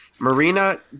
Marina